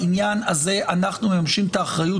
בעניין הזה אנחנו מממשים את האחריות